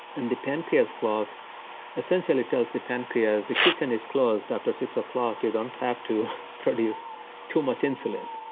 and the pancreas clock essentially tells the pancreas the kitchen is closed after six o'clock, you don't have to produce too much insulin.